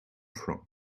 from